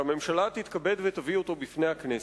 שהממשלה תתכבד ותביא אותו בפני הכנסת,